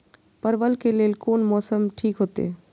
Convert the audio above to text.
परवल के लेल कोन मौसम ठीक होते?